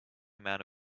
amount